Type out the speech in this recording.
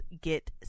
get